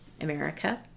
America